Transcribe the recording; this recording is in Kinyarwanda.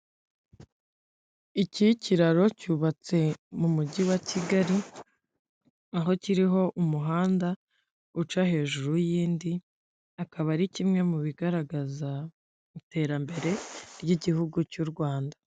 Iki kiraro cyubatse mu Mujyi wa Kigali, aho kiriho umuhanda uca hejuru y'indi, akaba ari kimwe mu bigaragaza iterambere ry'igihugu cy'u Rwanda.